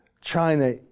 China